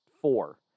four